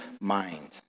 mind